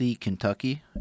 Kentucky